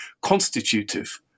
constitutive